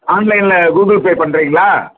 ஆன்லைனில் Google Pay பண்ணுறீங்களா